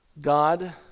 God